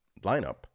lineup